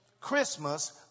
Christmas